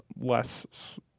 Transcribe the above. less